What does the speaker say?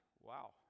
wow